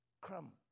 crumb